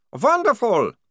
Wonderful